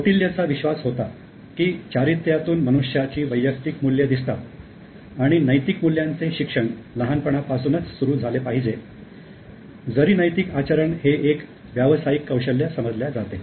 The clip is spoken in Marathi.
कौटिल्यचा विश्वास होता की चारित्र्यतून मनुष्याची वैयक्तिक मूल्य दिसतात आणि नैतिक मूल्यांचे शिक्षण लहानपणापासूनच सुरू झाले पाहिजे जरी नैतिक आचरण हे एक व्यावसायिक कौशल्य समजल्या जाते